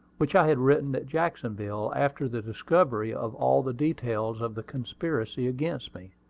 which i had written at jacksonville, after the discovery of all the details of the conspiracy against me.